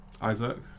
Isaac